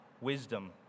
wisdom